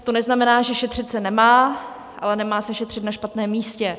To neznamená, že šetřit se nemá, ale nemá se šetřit na špatném místě.